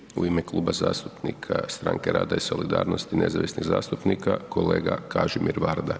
Sljedeći u ime Kluba zastupnika Stanke rada i solidarnosti i nezavisnih zastupnika, kolega Kažimir Varda.